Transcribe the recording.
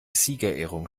siegerehrung